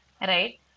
Right